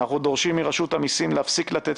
אנחנו דורשים מרשות המיסים להפסיק לתת